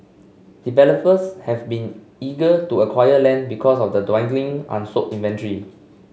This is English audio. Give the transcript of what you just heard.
developers have been eager to acquire land because of the dwindling unsold inventory